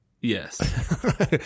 Yes